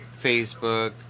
Facebook